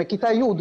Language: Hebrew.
מכיתה י',